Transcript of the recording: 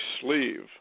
sleeve